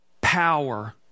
power